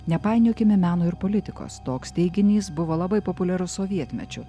nepainiokime meno ir politikos toks teiginys buvo labai populiarus sovietmečiu